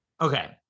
Okay